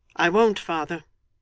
i won't, father.